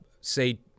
say